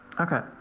Okay